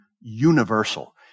universal